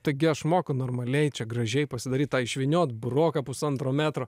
taigi aš moku normaliai čia gražiai pasidaryt tą išvyniot buroką pusantro metro